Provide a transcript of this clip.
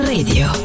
Radio